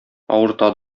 авырта